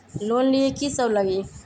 Loan लिए की सब लगी?